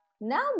Now